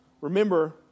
remember